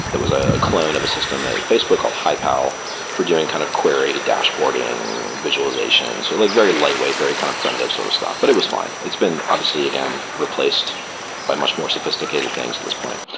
it was a clone of a systematic at facebook call hipal for doing kind of query dashboarding visualizations, like very lightweight, very kind of primitive sort of stuff, but it was fine. it's been obviously, again, replaced by much more sophisticated things at this point.